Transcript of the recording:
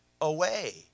away